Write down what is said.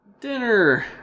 Dinner